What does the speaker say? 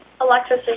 Alexis